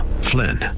Flynn